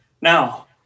Now